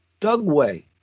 Dugway